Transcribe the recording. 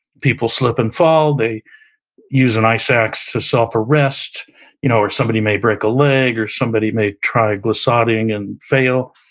people slip and fall, they use an ice axe to self-arrest you know or somebody may break a leg, or somebody may try glissading and fail.